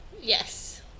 Yes